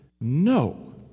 no